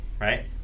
right